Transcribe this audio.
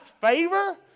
favor